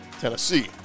Tennessee